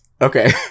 Okay